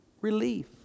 relief